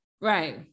Right